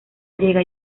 llega